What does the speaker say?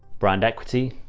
brand equity,